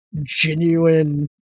genuine